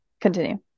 Continue